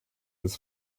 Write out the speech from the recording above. his